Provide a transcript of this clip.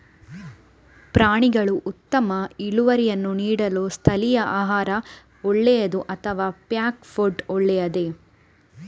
ಪ್ರಾಣಿಗಳು ಉತ್ತಮ ಇಳುವರಿಯನ್ನು ನೀಡಲು ಸ್ಥಳೀಯ ಆಹಾರ ಒಳ್ಳೆಯದೇ ಅಥವಾ ಪ್ಯಾಕ್ ಫುಡ್ ಒಳ್ಳೆಯದೇ?